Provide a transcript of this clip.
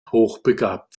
hochbegabt